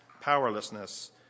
powerlessness